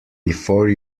before